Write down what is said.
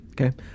Okay